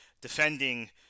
defending